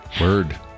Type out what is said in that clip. word